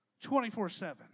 24-7